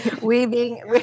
weaving